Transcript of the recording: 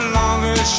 longer